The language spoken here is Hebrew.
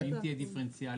אם היא תהיה דיפרנציאלית.